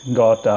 got